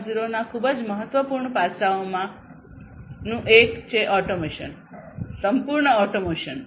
0 ના ખૂબ જ મહત્વપૂર્ણ પાસાઓમાંનું એક ઓટોમેશન સંપૂર્ણ ઓટોમેશન છે